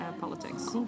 politics